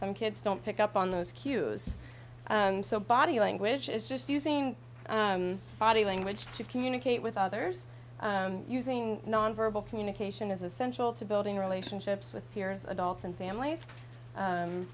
some kids don't pick up on those cues and so body language is just using body language to communicate with others using non verbal communication is essential to building relationships with peers adults and families